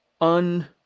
un